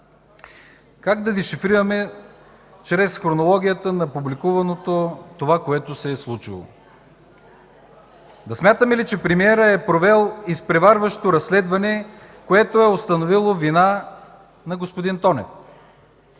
Как да дешифрираме чрез хронологията на публикуваното това, което се е случило? Да смятаме ли, че премиерът е провел изпреварващо разследване, което е установило вина на господин Тонев?